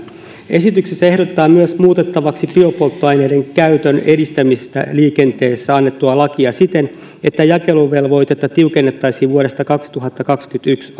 esityksessä ehdotetaan myös muutettavaksi biopolttoaineiden käytön edistämisestä liikenteessä annettua lakia siten että jakeluvelvoitetta tiukennettaisiin vuodesta kaksituhattakaksikymmentäyksi